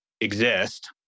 exist